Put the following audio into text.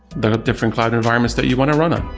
the different cloud environments that you want to run on